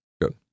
Good